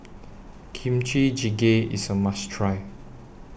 Kimchi Jjigae IS A must Try